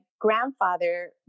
grandfather